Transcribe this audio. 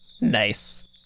Nice